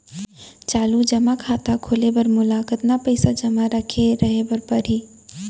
चालू जेमा खाता खोले बर मोला कतना पइसा जेमा रखे रहे बर पड़ही?